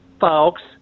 folks